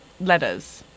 letters